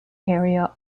area